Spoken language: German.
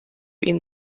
ihn